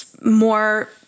more